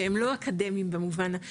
שהם לא אקדמיים במובן ה-,